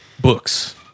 books